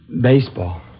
Baseball